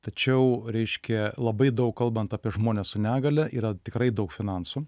tačiau reiškia labai daug kalbant apie žmones su negalia yra tikrai daug finansų